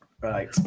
Right